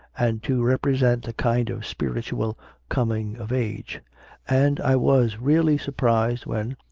and to represent a kind of spiritual coming of age and i was really surprised when,